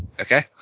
Okay